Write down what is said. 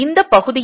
இந்த பகுதியில்